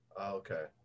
okay